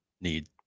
need